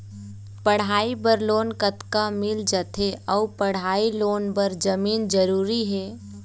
पढ़ई बर लोन कतका मिल जाथे अऊ पढ़ई लोन बर जमीन जरूरी हे?